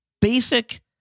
basic